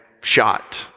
shot